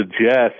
suggest